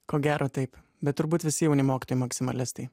ko gero taip bet turbūt visi jauni mokytojai maksimalistai